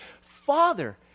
Father